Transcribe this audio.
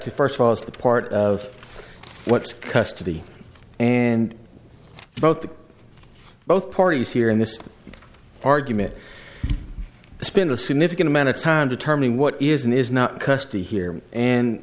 to first was the part of what's custody and both the both parties here in this argument spend a significant amount of time determining what is and is not custody here and